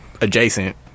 adjacent